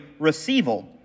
receival